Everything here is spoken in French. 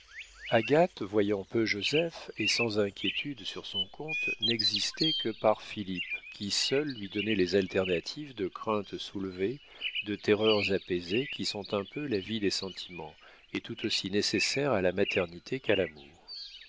agathe voyant peu joseph et sans inquiétude sur son compte n'existait que par philippe qui seul lui donnait les alternatives de craintes soulevées de terreurs apaisées qui sont un peu la vie des sentiments et tout aussi nécessaires à la maternité qu'à l'amour